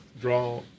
draw